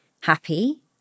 happy